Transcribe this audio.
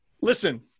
Listen